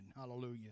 Hallelujah